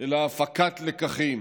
אלא הפקת לקחים,